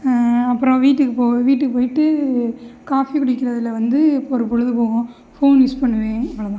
அப்புறோம் வீட்டுக்கு போவ வீட்டுக்கு போயிவிட்டு காஃபி குடிக்கிறதுல வந்து ஒரு பொழுது போகும் ஃபோன் யூஸ் பண்ணுவேன் அவ்வளோதான்